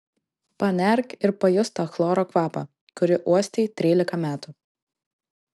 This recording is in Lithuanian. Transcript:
panerk ir pajusk tą chloro kvapą kurį uostei trylika metų